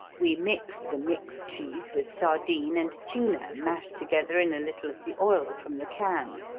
we mixed the mixed cheese with sardine and tuna mashed together in a little of the oil from the can.